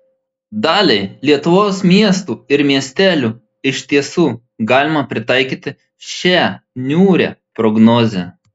daliai lietuvos miestų ir miestelių iš tiesų galima pritaikyti šią niūrią prognozę